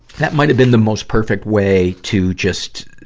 that might have been the most perfect way to just,